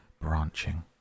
branching